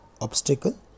obstacle